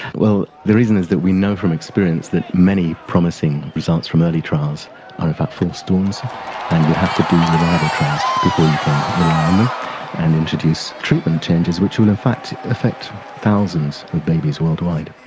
well the reason is that we know from experience that many promising results from earlier trials are in fact false and you have to do reliable trials before you can rely on them and introduce treatment changes which will in fact affect thousands of babies worldwide.